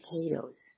potatoes